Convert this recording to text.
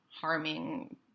harming